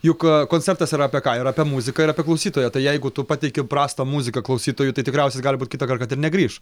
juk koncertas yra apie ką ir apie muziką ir apie klausytoją tai jeigu tu pateiki prastą muziką klausytojui tai tikriausiai gali būt kitąkart kad ir negrįš